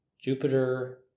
Jupiter